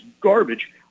garbage